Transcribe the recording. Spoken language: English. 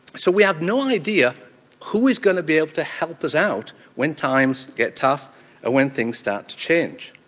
so we have no idea who is going to be able to help us out when times get tough and when things start to change.